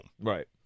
Right